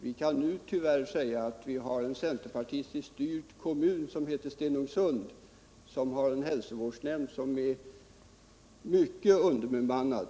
Vi kan nu tyvärr säga att vi har en centerpartistiskt styrd kommun som heter Stenungsund och vars hälsovårdsnämnd är mycket underbemannad.